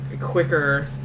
quicker